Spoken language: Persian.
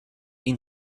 این